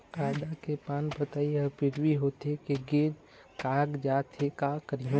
आदा के पान पतई हर पिवरी होथे के गिर कागजात हे, कै करहूं?